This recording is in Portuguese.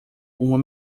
uma